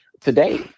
today